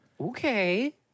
Okay